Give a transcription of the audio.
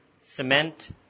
cement